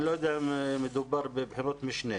אני לא יודע אם מדובר בבחינות משנה.